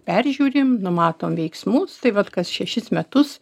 peržiūrim numatom veiksmus tai vat kas šešis metus